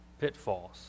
pitfalls